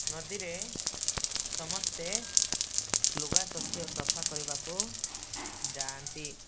ନଦୀରେ ସମସ୍ତେ ଲୁଗା ସଫା ସଫା କରିବାକୁ ଯାଆନ୍ତି